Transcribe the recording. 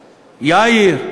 יאיר,